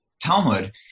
Talmud